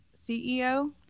CEO